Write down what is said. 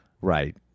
Right